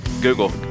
Google